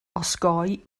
osgoi